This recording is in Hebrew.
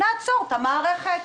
נעצור את המערכת.